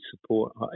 support